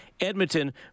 Edmonton